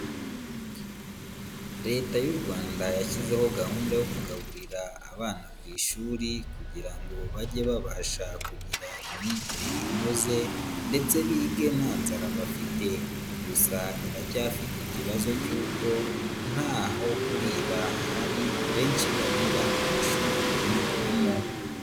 Leta y'u Rwanda yashyizeho gahunda yo kugaburira abana ku ishuri kugira ngo bajye babasha kugira imyigire inoze ndetse bige nta nzara bafite. Gusa iracyafite ikibazo cyuko nt'aho kurira hahari, abenshi barira mu mashuri banigiramo.